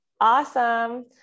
awesome